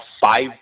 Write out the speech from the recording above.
five